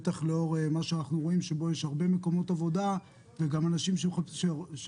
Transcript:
בטח כאשר אנחנו רואים שיש הרבה מקומות עבודה וגם אנשים שיכולים